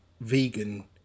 vegan